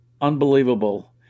unbelievable